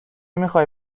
میخوایی